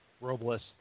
Robles